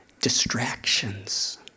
distractions